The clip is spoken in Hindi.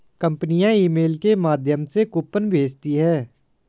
कंपनियां ईमेल के माध्यम से कूपन भेजती है